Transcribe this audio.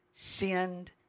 Send